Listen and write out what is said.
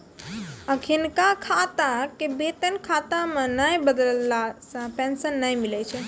अखिनका खाता के वेतन खाता मे नै बदलला से पेंशन नै मिलै छै